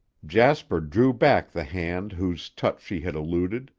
jasper drew back the hand whose touch she had eluded,